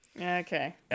Okay